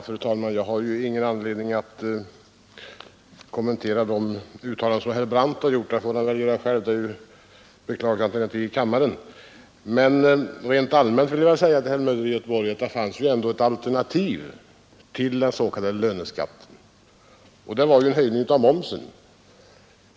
Fru talman! Jag har ju ingen anledning att kommentera de uttalanden som herr Brandt har gjort. Det får han väl göra själv — det är ju beklagligt att han inte är inne i kammaren. Men rent allmänt vill jag säga till herr Möller i Göteborg att det fanns ändå ett alternativ till den s.k. löneskatten, och det var en höjning av momsen.